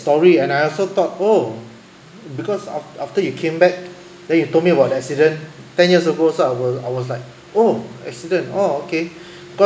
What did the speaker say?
story and I also thought oh because of after you came back then you told me about the accident ten years ago so I was I was like oh accident oh okay but